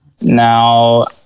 now